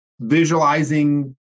visualizing